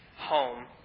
home